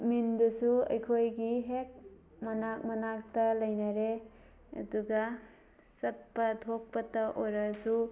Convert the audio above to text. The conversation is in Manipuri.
ꯃꯤꯟꯗꯨꯁꯨ ꯑꯩꯈꯣꯏꯒꯤ ꯍꯦꯛ ꯃꯅꯥꯛ ꯃꯅꯥꯛꯇ ꯂꯩꯅꯔꯦ ꯑꯗꯨꯒ ꯆꯠꯄ ꯊꯣꯛꯄꯇ ꯑꯣꯏꯔꯁꯨ